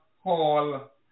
Hall